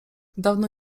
dawno